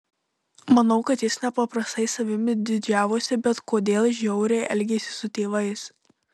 manau kad jis nepaprastai savimi didžiavosi bet kodėl žiauriai elgėsi su tėvais